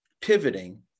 pivoting